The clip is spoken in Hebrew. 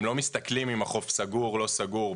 הם לא מסתכלים אם החוף סגור, לא סגור.